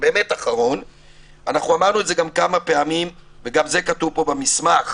אנחנו אמרנו את זה כמה פעמים וגם זה כתוב פה במסמך,